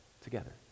together